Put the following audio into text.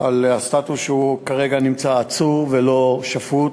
הסטטוס שהוא כרגע נמצא בו, עצור ולא שפוט.